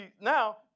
now